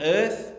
earth